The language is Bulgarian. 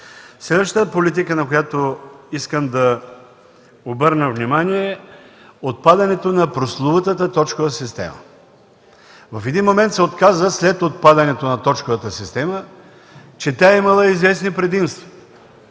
Следващата политика, на която искам да обърна внимание, е отпадането на прословутата точкова система. В един момент се оказа – след отпадането на точковата система, че тя имала известни предимства,